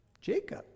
jacob